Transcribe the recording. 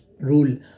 rule